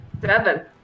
Seven